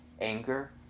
anger